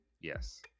Yes